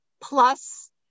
plus